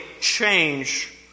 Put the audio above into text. change